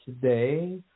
today